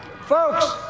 Folks